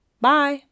Bye